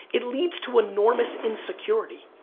it leads to enormous insecurity.